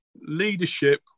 leadership